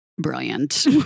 Brilliant